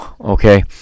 Okay